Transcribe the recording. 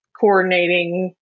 coordinating